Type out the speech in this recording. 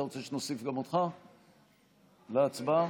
אני מוסיף את חברי הכנסת ארבל,